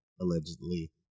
Allegedly